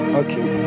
okay